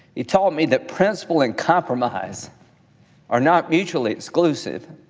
he taught me that principle and compromise are not mutually exclusive.